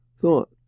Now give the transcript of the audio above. thought